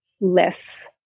less